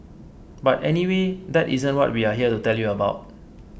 but anyway that isn't what we're here to tell you about